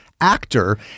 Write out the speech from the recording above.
actor